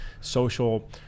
social